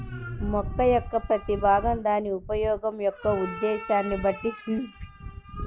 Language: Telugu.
మొక్క యొక్క ప్రతి భాగం దాని ఉపయోగం యొక్క ఉద్దేశ్యాన్ని బట్టి విభిన్నంగా పండించబడుతుంది